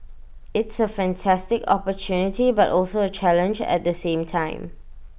it's A fantastic opportunity but also A challenge at the same time